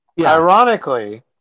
ironically